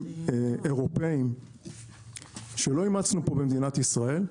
תקנים אירופאיים שלא אימצנו פה במדינת ישראל.